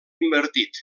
invertit